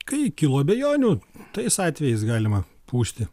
kai kilo abejonių tais atvejais galima pūsti